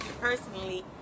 Personally